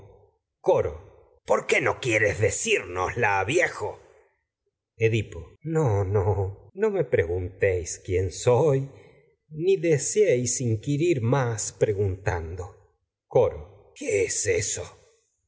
tengo por qué no quieres no coro decírnosla viejo edipo no no me preguntéis quién soy ni de seéis inquirir más preguntando coro edipo qué es eso